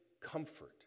comfort